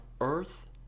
earth